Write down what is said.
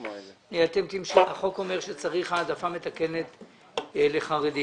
החוק אומר שצריך העדפה מתקנת לחרדים,